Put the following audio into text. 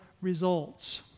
results